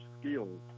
skills